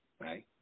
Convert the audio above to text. right